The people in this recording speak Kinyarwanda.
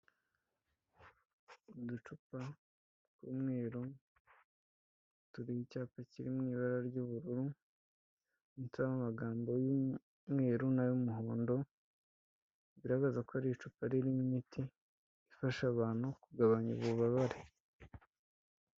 Uducupa tw'umweru turiho icyapa kiri mu ibara ry'ubururu, handitseho amagambo y'umweru n'ay'umuhondo, bigaragaza ko ari icupa ririmo imiti ifasha abantu kugabanya ububabare.